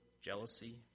jealousy